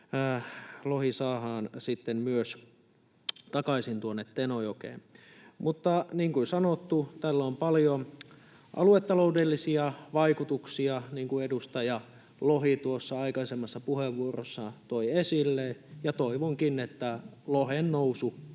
lohi saadaan sitten myös takaisin tuonne Tenojokeen. Mutta, niin kuin sanottu, tällä on paljon aluetaloudellisia vaikutuksia, niin kuin edustaja Lohi tuossa aikaisemmassa puheenvuorossaan toi esille, ja toivonkin, että lohen nousu